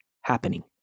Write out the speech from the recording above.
happening